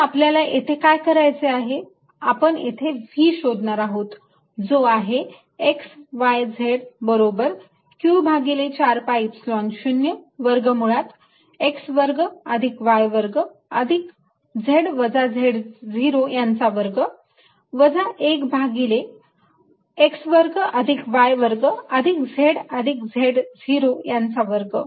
तर आपल्याला येथे काय करायचे आहे आपण येथे V शोधणार आहोत जो आहे x y z बरोबर q भागिले 4 pi Epsilon 0 1 भागिले वर्गमुळात x वर्ग अधिक y वर्ग अधिक z वजा z0 वर्ग वजा 1 भागिले x वर्ग अधिक y वर्ग अधिक z अधिक z0 वर्ग